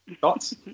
Thoughts